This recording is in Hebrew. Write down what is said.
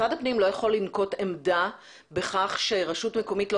משרד הפנים לא יכול לנקוט עמדה בכך שרשות מקומית לא